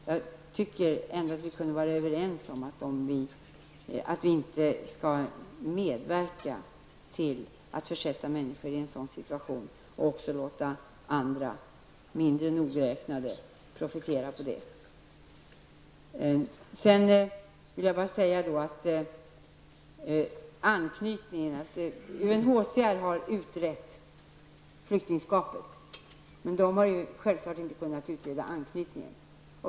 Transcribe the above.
Jag tycker ändå att vi skulle kunna vara överens om att vi inte skall medverka till att försätta människor i en sådan situation och låta andra mindre nogräknade personer profitera på det. UNHCR har utrett flyktingskapet, men har självfallet inte kunnat utreda anknytningen.